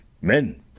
men